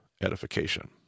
edification